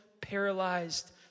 paralyzed